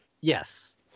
Yes